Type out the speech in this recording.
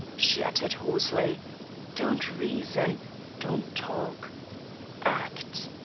she uttered, hoarsely don't reason don't talk act.